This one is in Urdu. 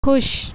خوش